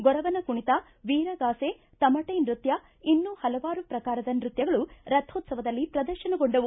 ಗೊರವನ ಕುಣಿತ ವೀರಾಗಾಸೆ ತಮಟೆ ನೃತ್ಯ ಇನ್ನೂ ಹಲವಾರು ಪ್ರಕಾರದ ನೃತ್ಯಗಳು ರಥೋತ್ಸವದಲ್ಲಿ ಪ್ರದರ್ಶನಗೊಂಡವು